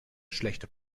schlechte